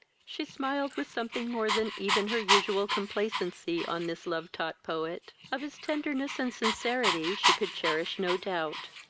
she smiled with something more than even her usual complacency on this love-taught poet. of his tenderness and sincerity she could cherish no doubt.